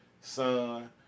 son